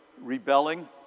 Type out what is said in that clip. rebelling